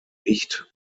nicht